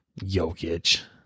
Jokic